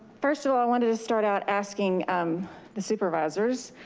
first of all, i wanted to start out asking um the supervisors.